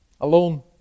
Alone